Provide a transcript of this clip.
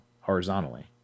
horizontally